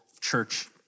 church